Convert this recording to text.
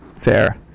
Fair